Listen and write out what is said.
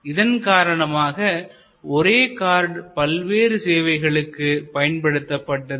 இதன் காரணமாக ஒரே கார்டு பல்வேறு சேவைகளுக்கு பயன்படுத்தப்பட்டது